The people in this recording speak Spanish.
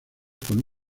con